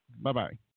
Bye-bye